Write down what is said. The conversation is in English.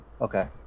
Okay